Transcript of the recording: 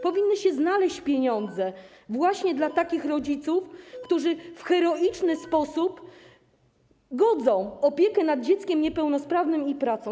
Powinny się znaleźć pieniądze właśnie dla takich rodziców, którzy w heroiczny sposób godzą opiekę nad dzieckiem niepełnosprawnym i pracę.